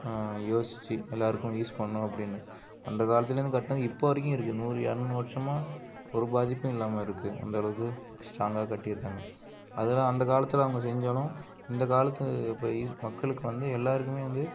யோசித்து எல்லாேருக்கும் யூஸ் பண்ணணும் அப்படினு அந்தக் காலத்துலேருந்து கட்டினது இப்போ வரைக்கும் இருக்குது நூறு இரநூறு வருஷமா ஒரு பாதிப்பும் இல்லாமல் இருக்குது அந்தளவுக்கு ஸ்ட்ராங்காக கட்டியிருக்காங்க அதெலாம் அந்த காலத்தில் அவங்க செஞ்சாலும் இந்த காலத்து இப்போ இது மக்களுக்கு வந்து எல்லாேருக்குமே வந்து